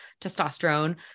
testosterone